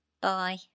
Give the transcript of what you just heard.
Bye